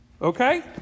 Okay